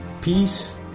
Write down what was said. peace